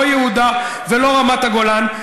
לא יהודה ולא רמת הגולן.